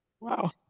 wow